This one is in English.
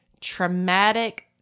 Traumatic